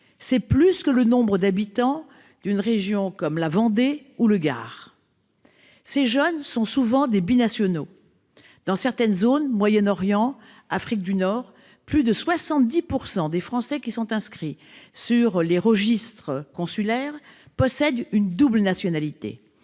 c'est plus que le nombre d'habitants d'une région comme la Vendée ou le Gard. Ces jeunes sont souvent des binationaux. Dans certaines zones- Moyen-Orient, Afrique du Nord ...-, plus de 70 % des Français inscrits sur les registres consulaires possèdent une double nationalité.